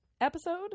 episode